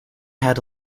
had